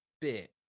bit